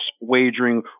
wagering